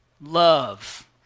love